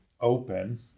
open